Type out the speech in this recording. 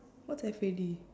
what's F A D